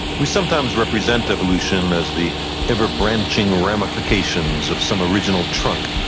we sometimes represent evolution as the ever-branching ramifications of some original trunk,